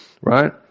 Right